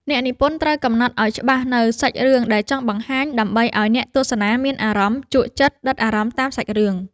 អ្នកនិពន្ធត្រូវកំណត់ឱ្យច្បាស់នូវសាច់រឿងដែលចង់បង្ហាញដើម្បីឱ្យអ្នកទស្សនាមានអារម្មណ៍ជក់ចិត្តដិតអារម្មណ៍តាមសាច់រឿង។